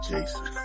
Jason